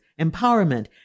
empowerment